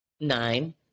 nine